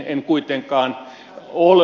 en kuitenkaan ole